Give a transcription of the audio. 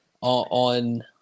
on